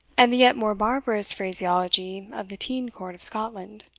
and the yet more barbarous phraseology of the teind court of scotland.